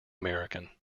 american